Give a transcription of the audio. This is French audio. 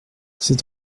c’est